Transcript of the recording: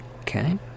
okay